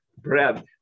bread